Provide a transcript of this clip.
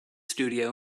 studio